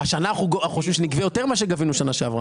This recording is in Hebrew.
השנה אנחנו חושבים שנגבה יותר ממה שגבינו שנה שעברה.